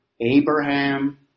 Abraham